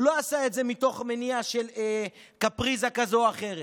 הוא לא עשה את זה מתוך מניע של קפריזה כזו או אחרת.